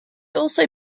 also